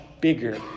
bigger